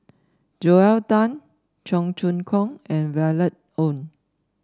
Joel Tan Cheong Choong Kong and Violet Oon